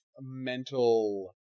mental